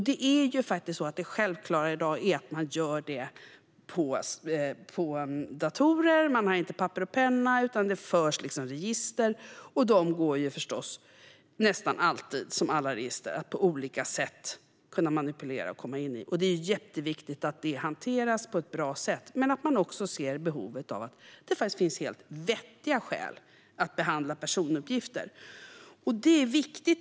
Det självklara i dag är att man gör detta på datorer. Man har inte papper och penna, utan det förs register, och dessa går nästan alltid att manipulera på olika sätt och komma in i, som med alla register. Det är jätteviktigt att detta hanteras på ett bra sätt och att man också ser att det finns vettiga skäl att behandla personuppgifter.